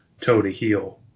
toe-to-heel